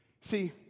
See